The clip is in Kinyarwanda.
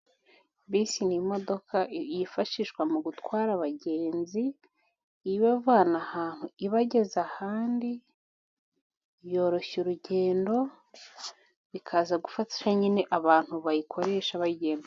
Bisi ni imodoka yifashishwa mu gutwara abagenzi; ibavana ahantu ibageze ahandi; yoroshya urugendo ikaza gufasha nyine abantu bayikoresha bayigiye